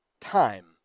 time